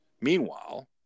Meanwhile